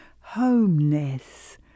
homeness